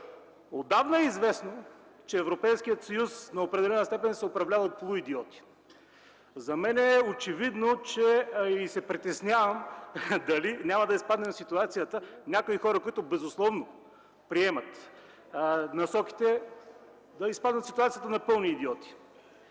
Отдавна е известно, че Европейският съюз на определена степен се управлява от полуидиоти. За мен е очевидно и се притеснявам дали няма да изпаднем в ситуацията някои хора, които безусловно приемат насоките, да изпаднат в ситуацията на пълни идиоти.